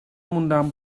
موندم